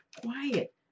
quiet